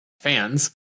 fans